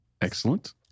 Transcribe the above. Excellent